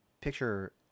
picture